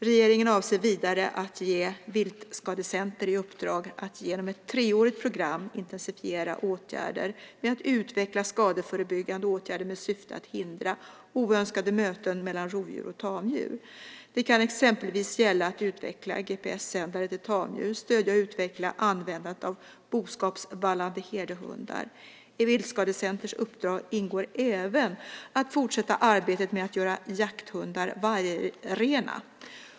Regeringen avser vidare att ge Viltskadecenter i uppdrag att genom ett treårigt program intensifiera insatserna för att utveckla skadeförebyggande åtgärder med syfte att hindra oönskade möten mellan rovdjur och tamdjur. Det kan exempelvis gälla att utveckla GPS-sändare till tamdjur, stödja och utveckla användandet av boskapsvallande herdehundar. I Viltskadecenters uppdrag ingår även att fortsätta arbetet med att göra jakthundar vargrena.